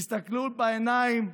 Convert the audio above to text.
תסתכלו בעיניים,